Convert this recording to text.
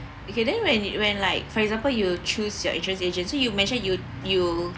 okay then when it when like for example you choose your insurance agency you mentioned you'd you